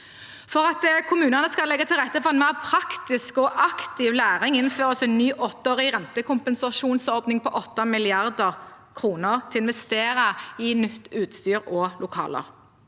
For at kommunene skal legge til rette for en mer praktisk og aktiv læring, innføres en ny åtteårig rentekompensasjonsordning på 8 mrd. kr til å investere i nytt utstyr og nye lokaler.